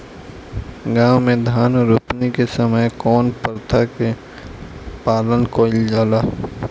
गाँव मे धान रोपनी के समय कउन प्रथा के पालन कइल जाला?